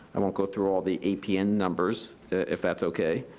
i won't go through all the apn numbers, if that's okay.